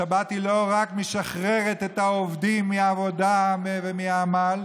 השבת לא רק משחררת את העובדים מהעבודה ומהעמל,